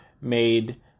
made